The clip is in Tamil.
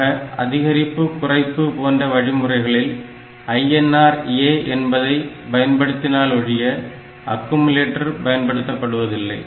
ஆக அதிகரிப்பு குறைப்பு போன்ற வழிமுறைகளில் INR A என்பதை பயன்படுத்தினாலொழிய அக்குமுலேட்டர் பயன்படுத்தப்படுவதில்லை